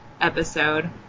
episode